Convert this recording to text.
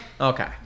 Okay